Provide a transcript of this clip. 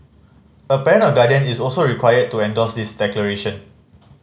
a parent or guardian is also required to endorse this declaration